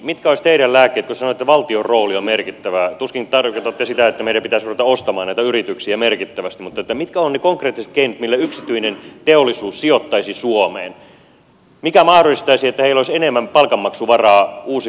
kun sanoitte että valtion rooli on merkittävä tuskin tarkoitatte sitä että meidän pitäisi ruveta ostamaan näitä yrityksiä merkittävästi mutta mitkä ovat ne konkreettiset keinot millä yksityinen teollisuus sijoittaisi suomeen mikä mahdollistaisi että heillä olisi enemmän palkanmaksuvaraa uusille työntekijöille